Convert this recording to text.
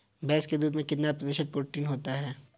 भैंस के दूध में कितना प्रतिशत प्रोटीन होता है?